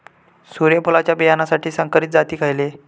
सूर्यफुलाच्या बियानासाठी संकरित जाती खयले?